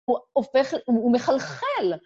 הוא הופך, הוא מחלחל.